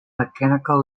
mechanical